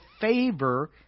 favor